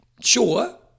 sure